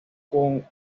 con